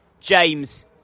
James